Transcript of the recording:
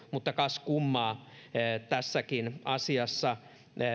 mutta kas kummaa tässäkin asiassa